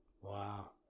Wow